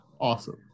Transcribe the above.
Awesome